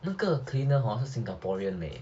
那个 cleaner hor 是 singaporean leh